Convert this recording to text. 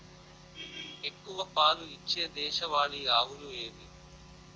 ఎక్కువ పాలు ఇచ్చే దేశవాళీ ఆవులు ఏవి?